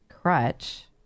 crutch